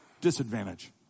disadvantage